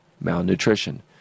malnutrition